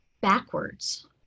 backwards